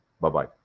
Bye-bye